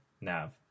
Nav